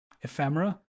ephemera